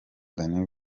danny